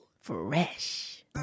Fresh